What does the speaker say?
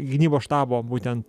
gynybos štabo būtent